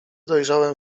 dojrzałem